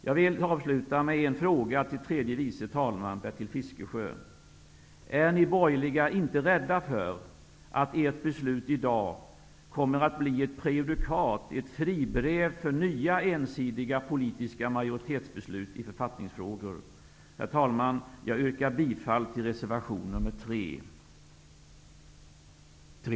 Jag vill avsluta med en fråga till tredje vice talman Bertil Fiskesjö: Är ni borgerliga inte rädda för att ert beslut i dag kommer att bli ett prejudikat, ett fribrev för nya ensidiga politiska majoritetsbeslut i författningsfrågor? Her talman! Jag yrkar bifall till reservation nr 3.